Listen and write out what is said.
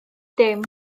dim